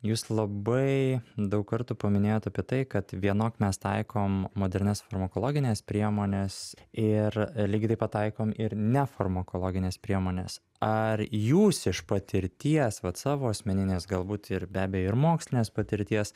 jūs labai daug kartų paminėjot apie tai kad vienok mes taikom modernias farmakologines priemones ir lygiai taip pat taikom ir nefarmakologines priemones ar jūs iš patirties vat savo asmeninės galbūt ir be abejo ir mokslinės patirties